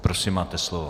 Prosím máte slovo.